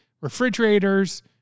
refrigerators